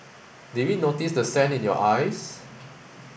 did we notice the sand in your eyes